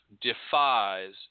defies